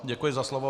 Děkuji za slovo.